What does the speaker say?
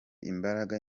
imbaraga